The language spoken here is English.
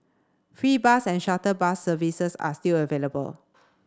free bus and shuttle bus services are still available